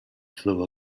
flew